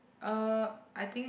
uh I think